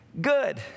Good